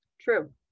true